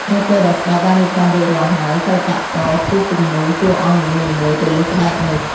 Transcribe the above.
នៅពេលដែលស្បែកបានរៀបចំរួចរាល់ហើយ សិល្បករគូសគំនូរតួអង្គនីមួយៗទៅលើស្បែកនោះ។